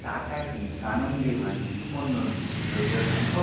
tata tea Kanan Devan tea পণ্যটি কি ফেরত দেওয়া সম্ভব